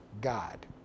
God